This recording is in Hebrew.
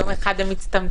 יום אחד הם מצטמצמים.